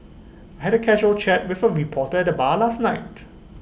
had A casual chat with A reporter the bar last night